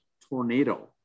Tornado